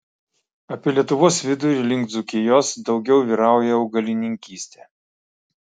apie lietuvos vidurį link dzūkijos daugiau vyrauja augalininkystė